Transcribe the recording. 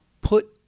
put